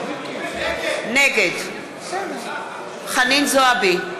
נגד חנין זועבי,